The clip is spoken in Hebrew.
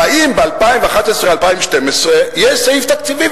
והאם ב-2011 2012 יש סעיף תקציבי,